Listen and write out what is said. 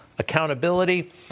accountability